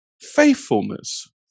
faithfulness